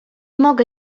mogę